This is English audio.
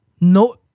No